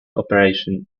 operation